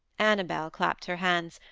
annabel clapped her hands.